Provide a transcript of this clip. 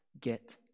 get